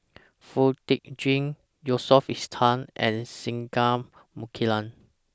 Foo Tee Jun Yusof Ishak and Singai Mukilan